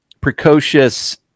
precocious